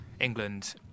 England